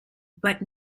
but